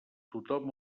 tothom